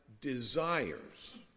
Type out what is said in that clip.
desires